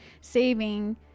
saving